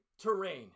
terrain